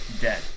dead